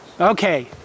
Okay